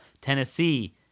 Tennessee